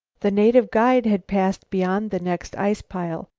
the native guide had passed beyond the next ice-pile.